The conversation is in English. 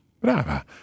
Brava